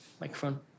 microphone